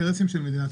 מקשיבה.